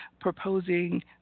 proposing